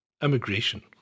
immigration